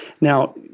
Now